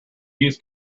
use